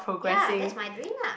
ya that's my dream lah